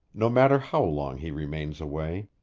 no matter how long he remains away.